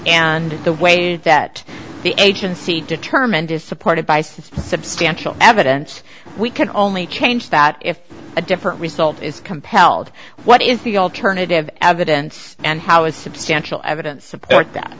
and the way that the agency determined is supported by substantial evidence we can only change that if a different result is compelled what is the alternative evidence and how is substantial evidence support that